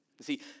see